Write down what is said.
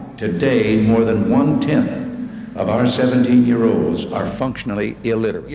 today, more than one ten of our seventeen year olds are functionally illiterate. you